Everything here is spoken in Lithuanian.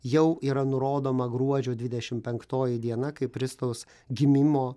jau yra nurodoma gruodžio dvidešim penktoji diena kaip kristaus gimimo